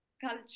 culture